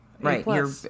right